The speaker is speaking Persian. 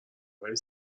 ولی